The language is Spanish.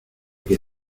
que